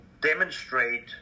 demonstrate